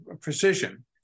precision